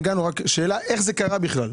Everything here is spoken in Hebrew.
איך זה קרה בכלל?